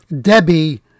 Debbie